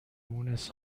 مونس